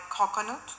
coconut